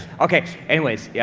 okay, anyways. yeah